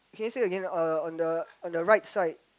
can you say again uh on the on the right side